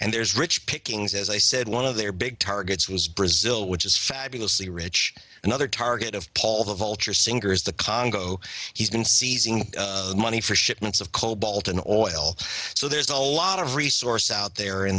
and there's rich pickings as i said one of their big targets was brazil which is fabulously rich another target of paul the vulture sinkers the congo he's been seizing money for shipments of cobalt in oil so there's a lot of resource out there in